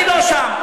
אני לא שם.